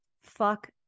Fuck